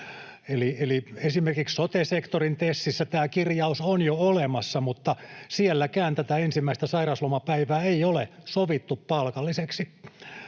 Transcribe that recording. esimerkiksi sote-sektorin TESissä tämä kirjaus on jo olemassa, mutta sielläkään tätä ensimmäistä sairauslomapäivää ei ole sovittu palkalliseksi.